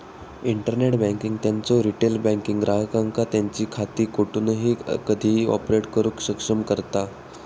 internet banking त्यांचो retail banking ग्राहकांका त्यांची खाती कोठूनही कधीही ऑपरेट करुक सक्षम करता